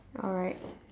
alright